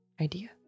idea